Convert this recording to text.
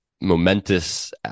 momentous